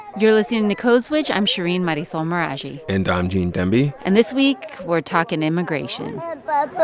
you're listening to code switch. i'm shereen marisol meraji and i'm gene demby and this week, we're talking immigration but but